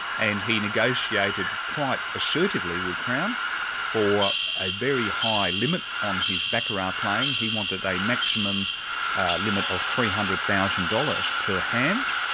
and he negotiated quite assertively with crown for a very high limit on his baccarat playing he wanted a maximum limit of three hundred thousand dollars per hand,